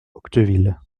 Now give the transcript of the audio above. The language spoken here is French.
octeville